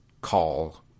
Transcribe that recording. call